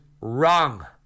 wrong